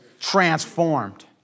transformed